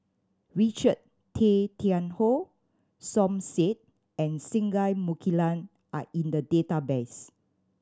Richard Tay Tian Hoe Som Said and Singai Mukilan are in the database